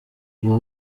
ubu